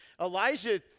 Elijah